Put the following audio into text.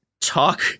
talk